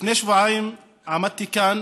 לפני שבועיים עמדתי כאן